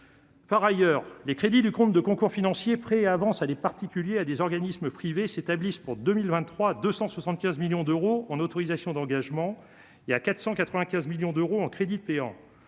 Par ailleurs, les crédits du compte de concours financiers Prêts et avances à des particuliers, à des organismes privés s'établissent pour 2023 275 millions d'euros en autorisations d'engagement et à 495 millions d'euros en crédits de Péan